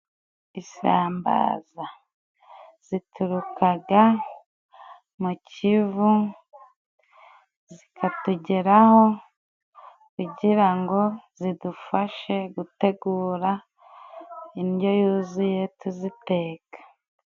Isambaza ziturukaga mu kivu, zikatugeraho kugira ngo zidufashe gutegura indyo yuzuye tuziteka.